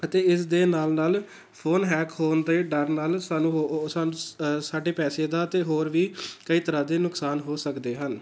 ਅਤੇ ਇਸ ਦੇ ਨਾਲ ਨਾਲ ਫ਼ੋਨ ਹੈਕ ਹੋਣ ਦੇ ਡਰ ਨਾਲ ਸਾਨੂੰ ਹੋ ਸਾਨੂੰ ਸਾਡੇ ਪੈਸੇ ਦਾ ਅਤੇ ਹੋਰ ਵੀ ਕਈ ਤਰ੍ਹਾਂ ਦੇ ਨੁਕਸਾਨ ਹੋ ਸਕਦੇ ਹਨ